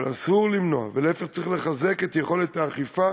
אבל אסור למנוע, להפך, צריך לחזק את יכולת האכיפה